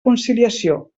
conciliació